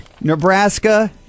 Nebraska